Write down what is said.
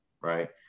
Right